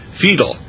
fetal